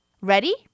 Ready